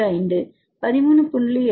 85 இந்த 13